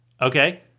Okay